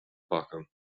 pakken